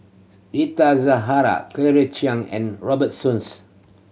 Rita Zahara Claire Chiang and Robert Soon